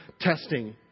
testing